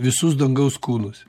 visus dangaus kūnus